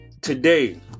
Today